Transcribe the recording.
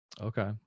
Okay